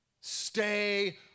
Stay